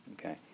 Okay